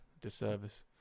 disservice